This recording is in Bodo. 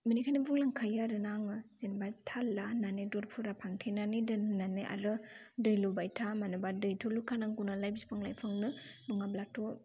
बेनिखायनो बुंलांखायो आरोना आङो जेनेबा थाल ला होन्नानै दरफोरा फांथेनानै दोन होन्नानै आरो दै लुबाय था मानोबा दैथ' लुखानांगौ नालाय बिफां लाइफांनो नङाब्लाथ'